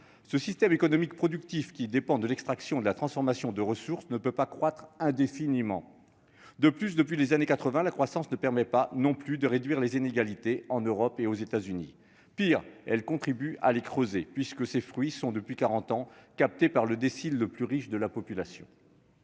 Ce système économique productif, qui dépend de l'extraction et de la transformation des ressources, ne peut croître indéfiniment. Depuis les années 1980, la croissance ne permet pas non plus de réduire les inégalités en Europe et aux États-Unis ; pire, elle contribue à les creuser, ses fruits étant captés depuis quarante ans par le décile le plus riche. Heureusement,